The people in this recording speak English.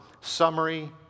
summary